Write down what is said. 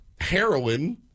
heroin